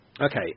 Okay